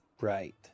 Right